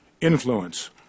influence